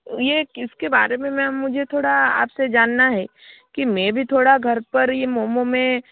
ये कि इसके बारे में मैम मुझे थोड़ा आप से जानना है कि मे भी थोड़ा घर पर ये मोमो मैं